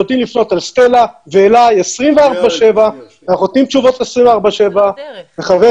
יודעים לפנות אל סטלה ואלי 24/7. אנחנו נותנים תשובות 24/7. חבר